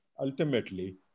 ultimately